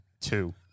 two